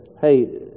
hey